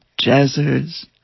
jazzers